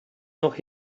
noch